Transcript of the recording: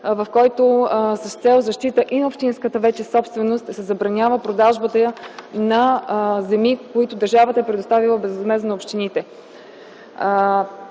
текста. С цел защита на общинската собственост се забранява продажбата на земи, които държавата е предоставила безвъзмездно на общините.